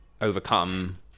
overcome